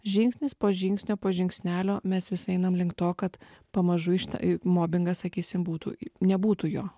žingsnis po žingsnio po žingsnelio mes visi einam link to kad pamažu iš ta mobingas sakysim būtų nebūtų jo